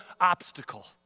obstacle